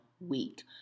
week